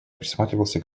присматривался